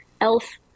elf